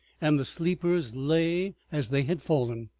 and the sleepers lay as they had fallen.